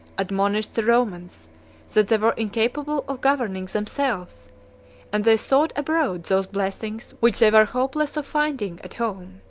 admonished the romans that they were incapable of governing themselves and they sought abroad those blessings which they were hopeless of finding at home.